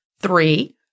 Three